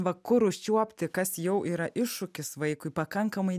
va kur užčiuopti kas jau yra iššūkis vaikui pakankamai